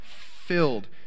filled